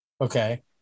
Okay